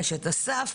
יש אס"ף,